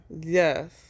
yes